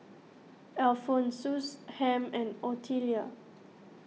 Alphonsus Ham and Otelia